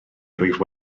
rwyf